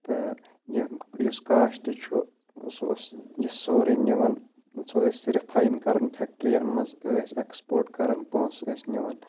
تہٕ یِم یُس کاشتہٕ چھُ سُہ اوس یہِ سورُے نِوان سُہ ٲسۍ رِفاین کَران فیٚکٹِرٛیَن منٛز ٲسۍ ایٚکٕسپوٹ کَرَان پونٛسہٕ ٲسۍ نِوَان